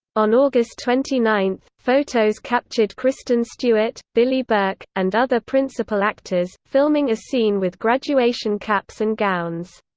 on august twenty nine, photos captured kristen stewart, billy burke, and other principal actors, filming a scene with graduation caps and gowns.